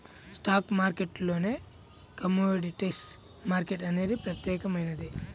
stock మార్కెట్టులోనే commodities market అనేది ప్రత్యేకమైనది